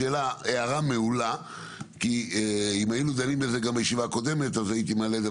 זו הערה מעולה כי אם היינו דנים בזה בישיבה הקודמת אז הייתי מעלה את זה.